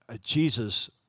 Jesus